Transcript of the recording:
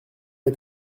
est